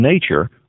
nature